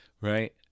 right